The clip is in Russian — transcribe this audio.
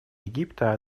египта